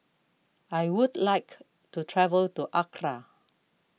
I would like to travel to Accra